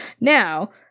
Now